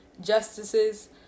justices